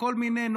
כל מיני,